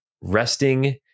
resting